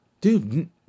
Dude